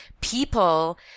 people